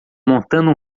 montando